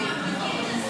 הכנסת,